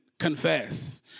Confess